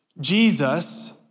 Jesus